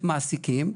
שלהם,